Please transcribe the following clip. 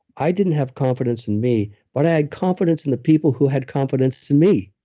i didn't have confidence in me, but i had confidence in the people who had confidence in me.